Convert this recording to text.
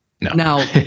Now